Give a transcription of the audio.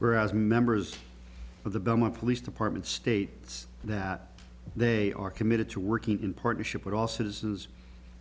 where as members of the government police department states that they are committed to working in partnership with all citizens